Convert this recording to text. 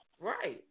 Right